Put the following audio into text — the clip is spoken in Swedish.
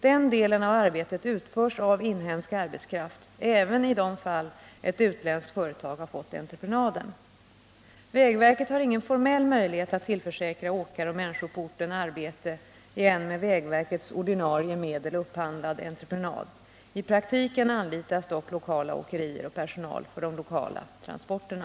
Den delen av arbetet utförs av inhemsk arbetskraft, även i de fall ett utländskt företag har fått entreprenaden. Vägverket har ingen formell möjlighet att tillförsäkra åkare och människor på orten arbete i en med vägverkets ordinarie medel upphandlad entreprenad. I praktiken anlitas dock lokala åkerier och lokal personal för de lokala transporterna.